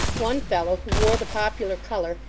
one fellow who wore the popular colour,